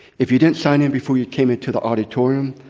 if you didn't sign in before you came into the auditorium,